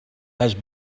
has